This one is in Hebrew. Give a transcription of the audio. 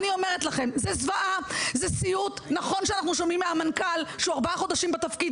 אנשים שבעבר חששו להגיש בקשות,